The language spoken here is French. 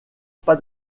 pas